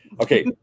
Okay